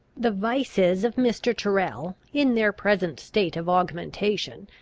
the vices of mr. tyrrel, in their present state of augmentation,